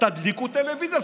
תדליקו טלוויזיה.